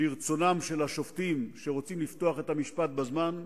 לרצונם של השופטים, שרוצים לפתוח את המשפט בזמן,